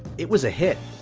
it was a hit.